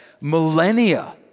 millennia